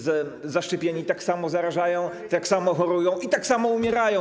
Zaszczepieni tak samo zarażają, tak samo chorują i tak samo umierają.